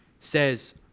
says